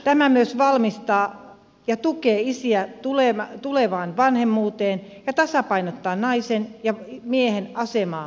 tämä myös valmistaa ja tukee isiä tulevaan vanhemmuuteen ja tasapainottaa naisen ja miehen asemaa lapsen vanhempina